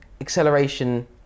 acceleration